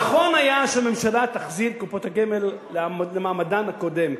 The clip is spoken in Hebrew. הנכון היה שהממשלה תחזיר את קופות הגמל למעמדן הקודם,